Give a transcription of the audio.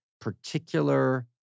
particular